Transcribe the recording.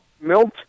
Milt